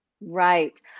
Right